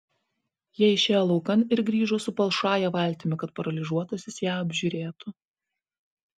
jie išėjo laukan ir grįžo su palšąja valtimi kad paralyžiuotasis ją apžiūrėtų